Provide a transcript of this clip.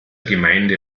gemeinde